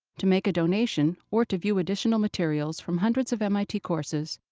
to make a donation, or to view additional materials from hundreds of mit courses,